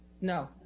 no